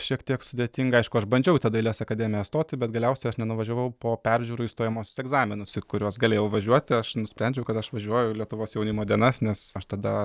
šiek tiek sudėtinga aišku aš bandžiau į tą dailės akademiją stoti bet galiausiai aš nenuvažiavau po peržiūrų į stojamuosius egzaminus į kuriuos galėjau važiuoti aš nusprendžiau kad aš važiuoju į lietuvos jaunimo dienas nes aš tada